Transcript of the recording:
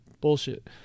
bullshit